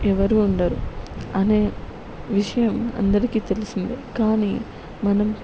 ఎవరూ ఉండరు అనే విషయం అందరికీ తెలిసిందే కానీ మనం